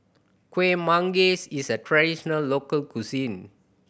Kuih Manggis is a traditional local cuisine